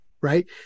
right